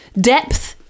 depth